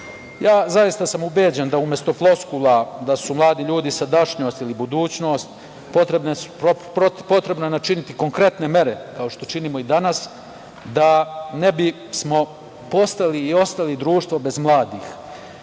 sam ubeđen da umesto floskula da su mladi ljudi sadašnjost ili budućnost potrebno je načiniti konkretne mere, kao što činimo i danas, da ne bismo postali i ostali društvo bez mladih.